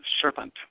serpent